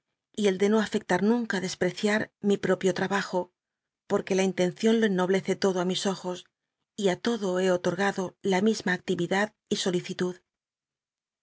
y el de no afectar nunca despreeiat mi propio trabajo porque la inlencion lo ennoblece todo ü mis ojos y lodo he otorgado la misma actividad y solicitud